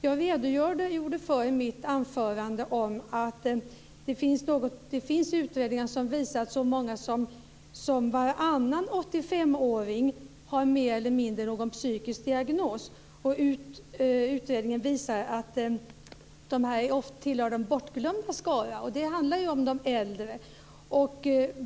Jag redogjorde i mitt anförande för att det finns utredningar som visar att så många som varannan 85-åring mer eller mindre har någon psykisk diagnos och att dessa människor tillhör de bortglömdas skara. Det handlar ju om de äldre.